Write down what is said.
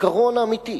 העיקרון האמיתי,